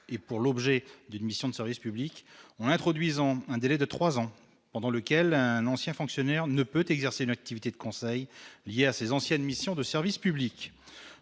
et pour l'objet d'une mission de service public en introduisant un délai de 3 ans pendant lequel un ancien fonctionnaire ne peut exercer une activité de conseil liée à ses anciennes missions de service public